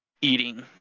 eating